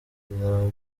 bizaba